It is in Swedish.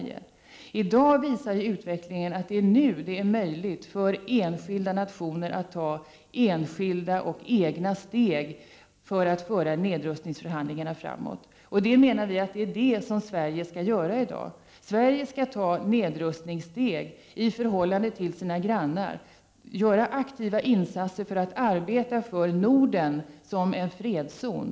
Men i dag visar utvecklingen att det är möjligt för enskilda nationer att ta enskilda och egna steg för att föra nedrustningsförhandlingarna framåt. Vi i vpk anser att det är vad Sverige skall göra i dag. Sverige skall arbeta för en nedrustning i förhållande till sina grannar och göra aktiva insatser i arbetet för Norden som en fredszon.